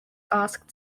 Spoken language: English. asked